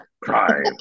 crime